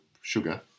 sugar